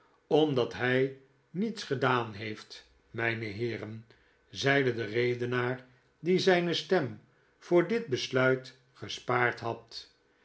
omdat hij niets gedaan heeft mijne heeren zeide de redenaar die zijne stem voor dit besluit gespaard had